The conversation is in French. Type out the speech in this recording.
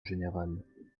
général